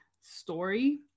story